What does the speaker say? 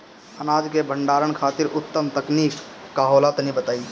अनाज के भंडारण खातिर उत्तम तकनीक का होला तनी बताई?